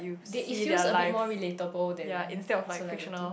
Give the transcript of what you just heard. they it feels a bit more relatable than celebrity